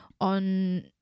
on